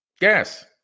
Gas